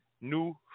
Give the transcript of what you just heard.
new